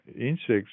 insects